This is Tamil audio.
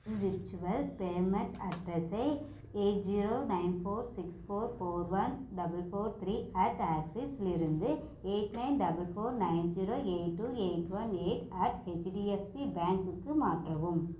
என் விர்ச்சுவல் பேமெண்ட் அட்ரஸை eight zero nine four six four four one double four three at ஆக்சிஸிலிருந்து eight nine double four nine zero eight two eight one eight at HDFC பேங்க்கு மாற்றவும்